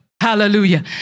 hallelujah